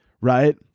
Right